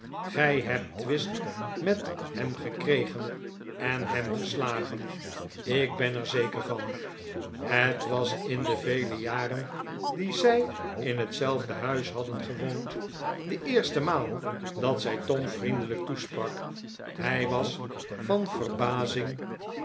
gij hebt twist met hem gekregen en hem geslagen ik ben er zeker van het was in de vele jare die zij in hetzelfde huis hadden gewoond de eerste maal dat zij tom vriendelijk toesprak hij was van verbazing